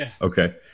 Okay